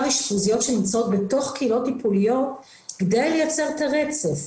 אשפוזיות שנמצאות בתוך קהילות טיפוליות כדי לייצר את הרצף.